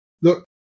Look